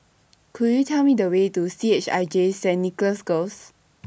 Could YOU Tell Me The Way to C H I J Saint Nicholas Girls